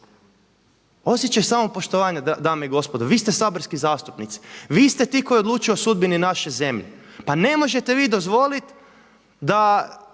osjećaj samopoštovanja dame i gospodo, vi ste saborski zastupnici, vi ste ti koji odlučuju o sudbini naše zemlje. Pa ne možete vi dozvoliti da